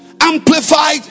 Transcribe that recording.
Amplified